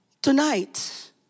Tonight